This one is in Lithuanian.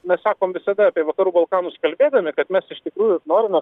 mes sakom visada apie vakarų balkanus kalbėdami kad mes iš tikrųjų norime